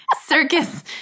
Circus